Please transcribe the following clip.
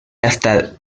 hasta